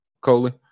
Coley